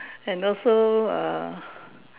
and also err